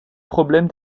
problème